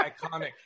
Iconic